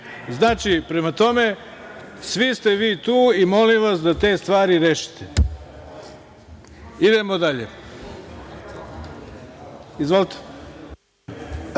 prema tome, svi ste vi tu i molim vas da te stvari rešite. Idemo dalje. Izvolite.